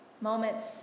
moments